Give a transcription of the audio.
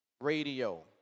radio